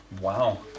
Wow